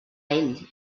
ell